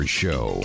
show